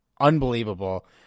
unbelievable